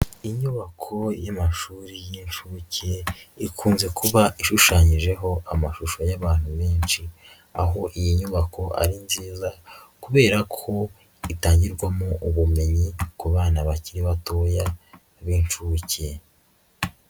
Inyubako y'amashuri y'inshuke ikunze kuba ishushanyijeho amashusho y'abantu benshi, aho iyi nyubako ari nziza kubera ko itangirwamo ubumenyi ku bana bari batoya b'inshuke.